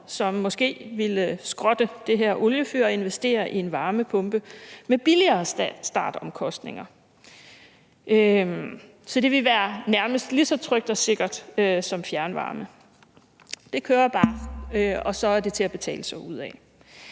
som måske ville skrotte det her oliefyr og investere i en varmepumpe med lavere startomkostninger. Så det vil være nærmest lige så trygt og sikkert som fjernvarme. Det kører bare, og så er det til at betale sig ud af.